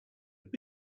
have